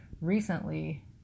recently